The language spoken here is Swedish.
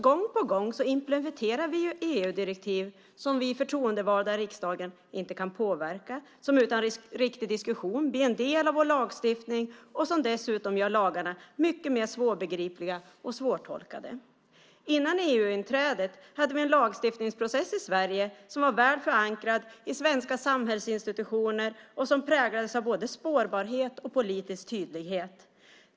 Gång på gång implementerar vi EU-direktiv som vi förtroendevalda i riksdagen inte kan påverka och som utan en riktig diskussion blir en del av vår lagstiftning och som dessutom gör lagarna mycket mer svårbegripliga och svårtolkade. Före EU-inträdet hade vi en lagstiftningsprocess i Sverige som var väl förankrad i svenska samhällsinstitutioner och som präglades av både spårbarhet och politisk tydlighet.